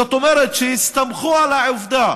זאת אומרת, הסתמכו על העובדה